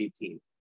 team